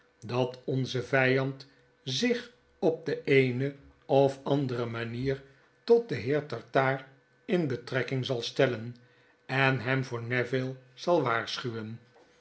dat onze vyand zich op de eene of andere manier tot den heer tartaar in betrekking zal stellen en hem voor neville zal waarschuwen